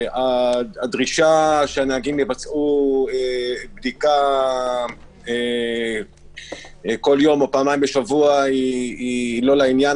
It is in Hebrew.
הדרישה שהם יבצעו בדיקה כל יום או פעמיים בשבוע היא לא לעניין.